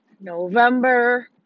November